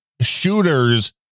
shooters